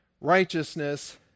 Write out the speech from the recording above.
righteousness